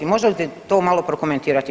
Možete li to malo prokomentirati?